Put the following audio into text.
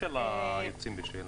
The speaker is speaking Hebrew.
כי אתה לא מהילל.